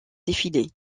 défilé